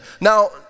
Now